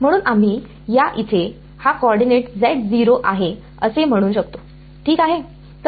म्हणून आम्ही या इथे हा कॉर्डीनेट आहे असे म्हणून शकतो ठीक आहे